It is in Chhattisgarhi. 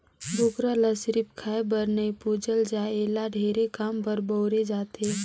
बोकरा ल सिरिफ खाए बर नइ पूजल जाए एला ढेरे काम बर बउरे जाथे